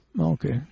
Okay